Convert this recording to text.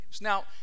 Now